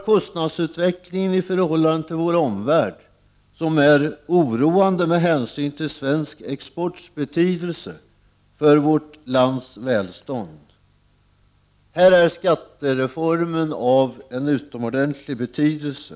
Kostnadsutvecklingen här i landet är i förhållande till den i vår omvärld oroande med hänsyn till svensk exports betydelse för vårt lands välstånd. Skattereformen är i detta sammanhang av utomordentlig betydelse.